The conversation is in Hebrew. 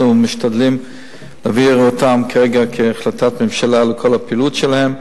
אנחנו משתדלים להעביר כרגע החלטת ממשלה על כל הפעילות שלהם.